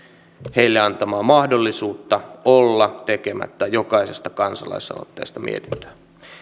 heille antamaa mahdollisuutta olla tekemättä jokaisesta kansalais aloitteesta mietintöä